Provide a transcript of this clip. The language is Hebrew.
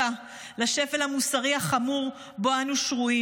של השפל המוסרי החמור שבו אנו שרויים.